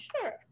Sure